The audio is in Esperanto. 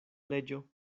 leĝo